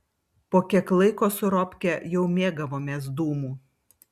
po kiek laiko su robke jau mėgavomės dūmu